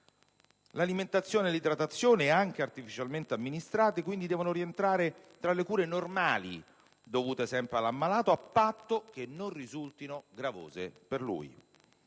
L'alimentazione e l'idratazione, anche artificialmente amministrate, devono quindi rientrare tra le cure normali dovute sempre all'ammalato a patto che non risultino gravose per lui.